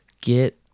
get